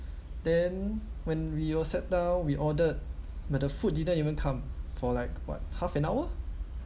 then when we were sat down we ordered but the food didn't even come for like what half an hour